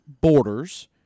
borders